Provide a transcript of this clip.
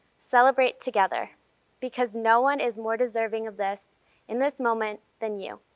celebrate together because no one is more deserving of this in this moment than you.